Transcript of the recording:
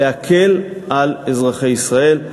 להקל על אזרחי ישראל.